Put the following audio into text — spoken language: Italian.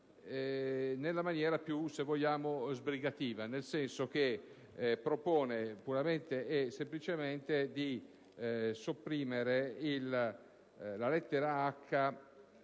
nella maniera più sbrigativa, nel senso che propone, puramente e semplicemente, di sopprimere, al comma